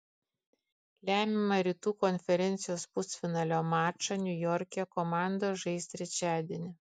lemiamą rytų konferencijos pusfinalio mačą niujorke komandos žais trečiadienį